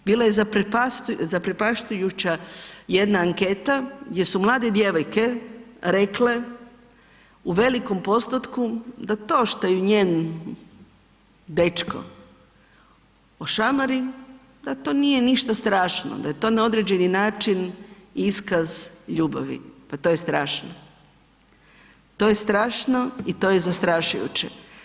Bila je zaprepašćujuća jedna anketa gdje su mlade djevojke rekle u velikom postotku da to što je njen dečko ošamari da to nije ništa strašno, da je to na određeni način iskaz ljubavi, pa to je strašno, to je strašno i to je zastrašujuće.